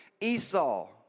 Esau